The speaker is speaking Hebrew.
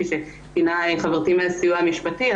כפי שציינה חברתי מן הסיוע המשפטי,